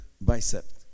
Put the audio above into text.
bicep